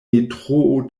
metroo